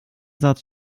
satz